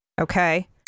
okay